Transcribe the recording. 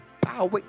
power